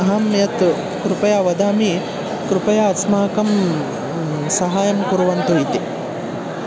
अहं यत् कृपया वदामि कृपया अस्माकं सहायं कुर्वन्तु इति